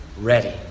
ready